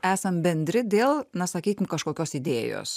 esam bendri dėl na sakykim kažkokios idėjos